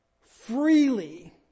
freely